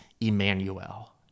Emmanuel